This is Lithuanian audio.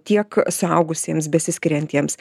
tiek suaugusiems besiskiriantiems